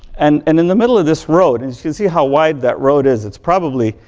and and in the middle of this road, as you can see how wide that road is, it's probably,